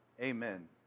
Amen